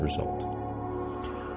result